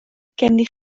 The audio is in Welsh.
gennych